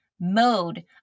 mode